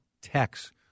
text